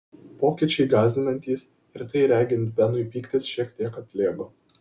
pokyčiai gąsdinantys ir tai regint benui pyktis šiek tiek atlėgo